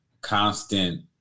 constant